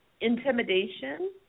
intimidation